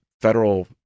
federal